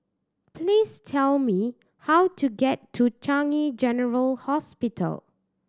please tell me how to get to Changi General Hospital